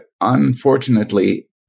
unfortunately